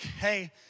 hey